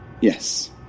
Yes